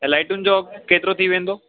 ऐं लाइटुनि जो अघु केतिरो थी वेंदो